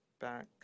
back